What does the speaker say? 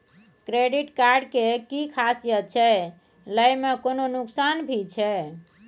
Credit card के कि खासियत छै, लय में कोनो नुकसान भी छै?